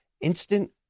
instant